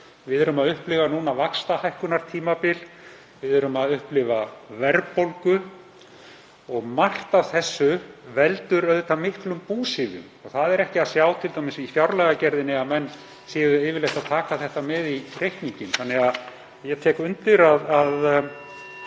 við að upplifa núna vaxtahækkunartímabil, við erum að upplifa verðbólgu. Margt af þessu veldur auðvitað miklum búsifjum og það er ekki að sjá t.d. í fjárlagagerðinni að menn séu yfirleitt að taka það með í reikninginn. Þannig að ég tek undir